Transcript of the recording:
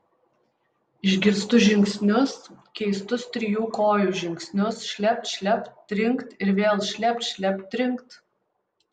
išgirstu žingsnius keistus trijų kojų žingsnius šlept šlept trinkt ir vėl šlept šlept trinkt